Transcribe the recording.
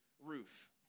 roof